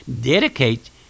dedicate